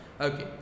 Okay